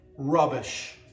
rubbish